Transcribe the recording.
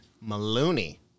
Maloney